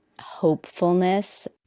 hopefulness